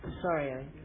Sorry